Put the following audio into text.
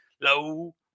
low